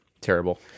terrible